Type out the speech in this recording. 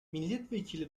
milletvekili